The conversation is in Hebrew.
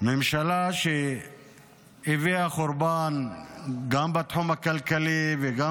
ממשלה שהביאה חורבן גם בתחום הכלכלי וגם